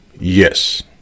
Yes